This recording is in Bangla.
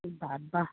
বাবা